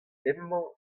hemañ